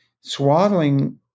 swaddling